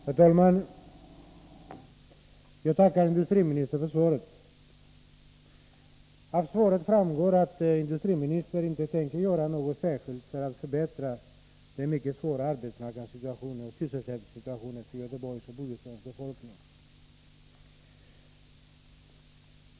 Herr talman! Jag tackar industriministern för svaret. Av svaret framgår att industriministern inte tänker göra något särskilt för att förbättra den mycket svåra arbetsmarknadsoch sysselsättningssituationen för Göteborgs och Bohus läns befolkning.